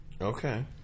Okay